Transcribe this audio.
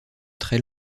très